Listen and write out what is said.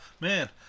man